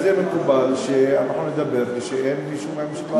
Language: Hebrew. זה מקובל שאנחנו נדבר ושאין מישהו מהממשלה לענות?